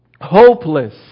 Hopeless